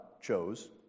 chose